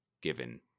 given